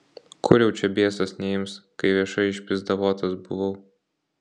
kur jau čia biesas neims kai viešai išpyzdavotas buvau